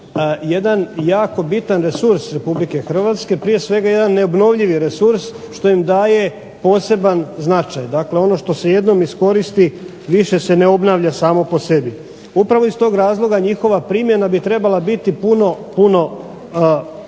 jedan jako bitan resurs Republike Hrvatske, prije svega jedan neobnovljivi resurs što im daje poseban značaj. Dakle, ono što se jednom iskoristi više se ne obnavlja samo po sebi. Upravo iz tog razloga njihova primjena bi trebala biti puno bolje